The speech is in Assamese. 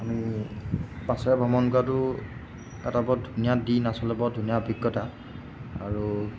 আমি বাছেৰে ভ্ৰমণ কৰাটো এটা বহুত ধুনীয়া দিন আচলতে বৰ ধুনীয়া অভিজ্ঞতা আৰু